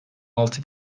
altı